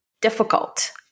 difficult